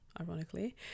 ironically